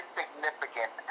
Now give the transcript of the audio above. significant